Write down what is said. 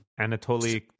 anatoly